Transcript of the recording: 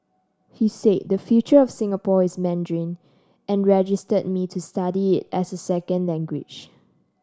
he said the future of Singapore is Mandarin and registered me to study it as a second language